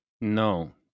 no